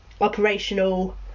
operational